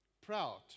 proud